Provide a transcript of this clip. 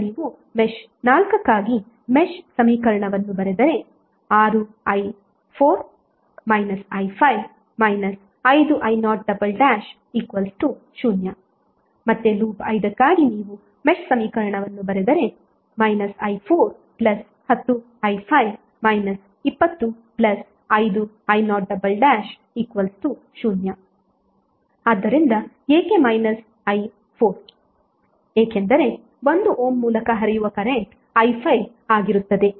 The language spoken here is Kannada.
ಈಗ ನೀವು ಮೆಶ್ 4 ಗಾಗಿ ಮೆಶ್ ಸಮೀಕರಣವನ್ನು ಬರೆದರೆ 6i4 i5 5i0 0 ಮತ್ತೆ ಲೂಪ್ 5 ಗಾಗಿ ನೀವು ಮೆಶ್ ಸಮೀಕರಣವನ್ನು ಬರೆದರೆ i410i5 20 5i0 0 ಆದ್ದರಿಂದ ಏಕೆ i4 ಏಕೆಂದರೆ 1 ಓಮ್ ಮೂಲಕ ಹರಿಯುವ ಕರೆಂಟ್ i5 ಗಾಗಿರುತ್ತದೆ